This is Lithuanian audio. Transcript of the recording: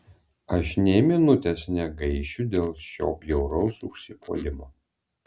aš nė minutės negaišiu dėl šio bjauraus užsipuolimo